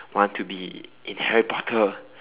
want to be in Harry Potter